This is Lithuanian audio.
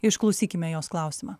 išklausykime jos klausimą